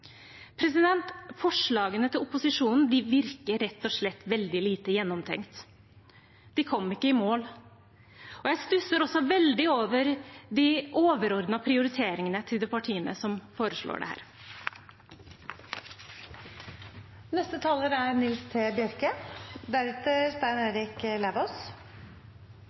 Forslagene fra opposisjonen virker rett og slett veldig lite gjennomtenkt. De kom ikke i mål. Jeg stusser også veldig over de overordnede prioriteringene til de partiene som foreslår dette. Dette er ein utruleg krevjande dag for hestenæringa. Det er